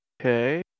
okay